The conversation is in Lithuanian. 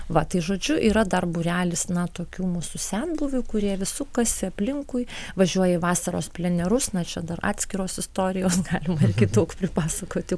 va tai žodžiu yra dar būrelis na tokių mūsų senbuvių kurie vis sukasi aplinkui važiuoja į vasaros plenerus na čia dar atskiros istorijos galime irgi daug pripasakoti